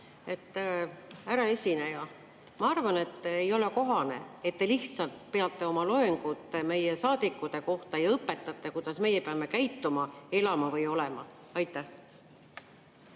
Härra esineja! Ma arvan, et ei ole kohane, et te lihtsalt peate oma loengut meie, saadikute kohta ja õpetate, kuidas me peame käituma, elama või olema. Jaa.